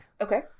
Okay